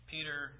Peter